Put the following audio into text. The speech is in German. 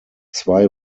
zwei